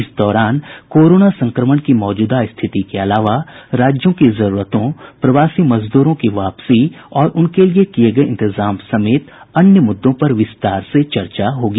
इस दौरान कोरोना संक्रमण की मौजूदा स्थिति के अलावा राज्यों की जरूरतों प्रवासी मजदूरों की वापसी और उनके लिये किये गये इंतजाम समेत अन्य मुद्दों पर विस्तार से चर्चा होगी